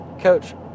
Coach